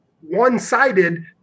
one-sided